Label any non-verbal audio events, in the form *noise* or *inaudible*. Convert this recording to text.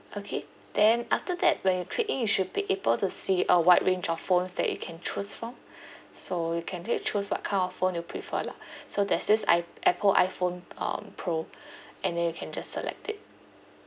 okay then after that when you click in you should be able to see a wide range of phones that you can choose from *breath* so you can actually choose what kind of phone you prefer lah so there's this i~ apple iphone um pro and then you can just select it